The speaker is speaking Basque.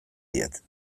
diet